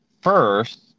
first